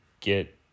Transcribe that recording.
get